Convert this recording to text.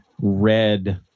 red